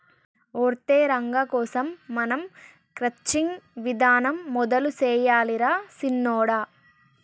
ఒరై రంగ కోసం మనం క్రచ్చింగ్ విధానం మొదలు సెయ్యాలి రా సిన్నొడా